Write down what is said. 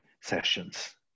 sessions